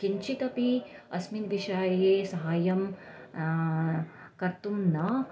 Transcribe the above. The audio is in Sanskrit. किञ्चिदपि अस्मिन् विषये सहायं कर्तुं न